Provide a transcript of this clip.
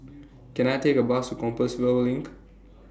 Can I Take A Bus to Compassvale LINK